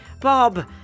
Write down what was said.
Bob